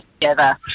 together